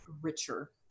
richer